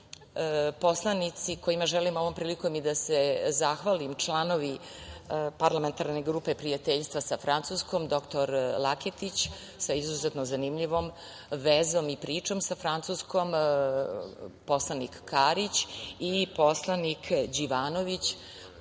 poslanici, kojima želim ovom prilikom i da se zahvalim, članovi Parlamentarne grupe prijateljstva sa Francuskom: dr Laketić sa izuzetno zanimljivom vezom i pričom sa Francuskom, poslanik Karić i poslanik Đivanović.